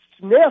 sniff